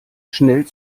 schnell